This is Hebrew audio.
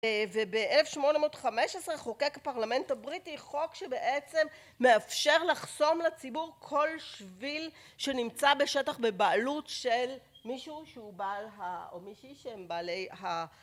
וב-1815 חוקק פרלמנט הבריטי חוק שבעצם מאפשר לחסום לציבור כל שביל שנמצא בשטח בבעלות של מישהו שהוא בעל ה... או מישהי שהם בעלי ה...